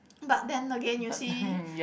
but then again you see